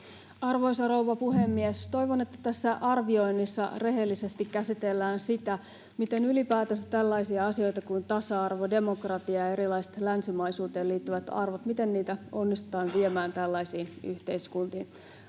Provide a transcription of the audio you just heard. Arvoisa rouva puhemies! Toivon, että tässä arvioinnissa rehellisesti käsitellään sitä, miten ylipäätänsä tällaisia asioita kuin tasa-arvo, demokratia ja erilaiset länsimaihin liittyvät arvot onnistutaan viemään tällaisiin yhteiskuntiin.